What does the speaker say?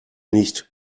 nicht